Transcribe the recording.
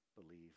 believe